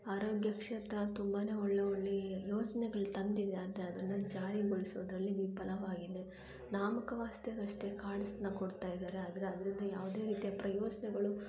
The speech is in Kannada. ಆರೋಗ್ಯ ಕ್ಷೇತ್ರ ತುಂಬಾ ಒಳ್ಳೆ ಒಳ್ಳೆ ಯೋಜ್ನೆಗಳು ತಂದಿದೆ ಆದರೆ ಅದನ್ನು ಜಾರಿಗೊಳಿಸೋದ್ರಲ್ಲಿ ವಿಫಲವಾಗಿದೆ ನಾಮ್ ಕೆ ವಾಸ್ತೆಗಷ್ಟೆ ಕಾರ್ಡ್ಸನ್ನ ಕೊಡ್ತಾ ಇದ್ದಾರೆ ಆದರೆ ಅದರಿಂದ ಯಾವುದೇ ರೀತಿಯ ಪ್ರಯೋಜನಗಳು